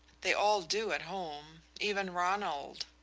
they all do at home even ronald.